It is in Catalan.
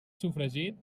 sofregit